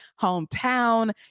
hometown